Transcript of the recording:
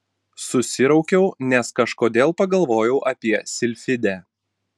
susiraukiau nes kažkodėl pagalvojau apie silfidę